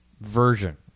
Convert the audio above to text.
version